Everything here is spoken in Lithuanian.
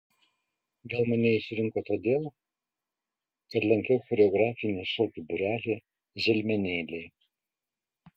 gal mane išrinko todėl kad lankiau choreografinį šokių būrelį želmenėliai